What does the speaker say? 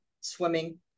swimming